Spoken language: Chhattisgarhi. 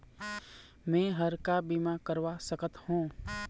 मैं हर का बीमा करवा सकत हो?